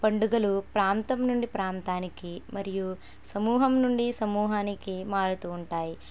పండుగలు ప్రాంతం నుండి ప్రాంతానికి మరియు సమూహం నుండి సమూహానికి మారుతు ఉంటాయి